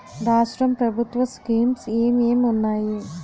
రాష్ట్రం ప్రభుత్వ స్కీమ్స్ ఎం ఎం ఉన్నాయి?